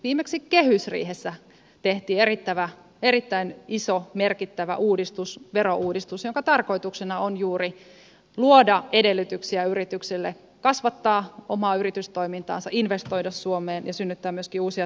viimeksi kehysriihessä tehtiin erittäin iso merkittävä uudistus verouudistus jonka tarkoituksena on juuri luoda edellytyksiä yrityksille kasvattaa omaa yritystoimintaansa investoida suomeen ja synnyttää myöskin uusia työpaikkoja